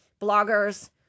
bloggers